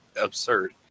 absurd